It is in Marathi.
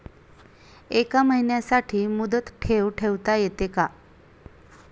एका महिन्यासाठी मुदत ठेव ठेवता येते का?